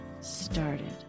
started